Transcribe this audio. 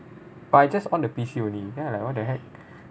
but I just on the P_C only then I like what the heck